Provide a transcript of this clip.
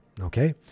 okay